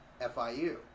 FIU